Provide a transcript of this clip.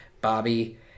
Bobby